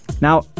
Now